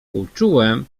uczułem